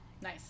Nice